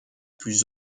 plus